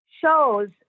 shows